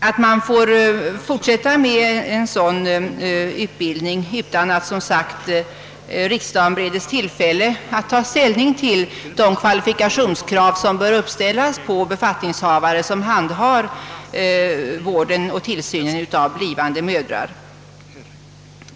Innan man fortsätter med en sådan utbildning bör riksdagen beredas tillfälle att ta ställning till de kvalifikationskrav som bör ställas på befattningshavare som handhar vården och tillsynen av blivande mödrar.